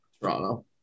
Toronto